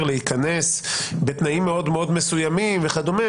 להיכנס בתנאים מאוד מאוד מסוימים וכדומה,